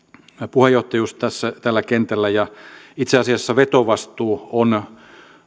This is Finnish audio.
puheenjohtajuus tällä kentällä itse asiassa vetovastuu on